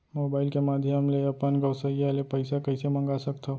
Mobile के माधयम ले अपन गोसैय्या ले पइसा कइसे मंगा सकथव?